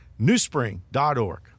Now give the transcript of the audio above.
newspring.org